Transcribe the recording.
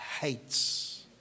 hates